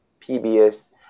PBS